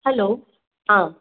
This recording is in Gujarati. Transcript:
હાલો હા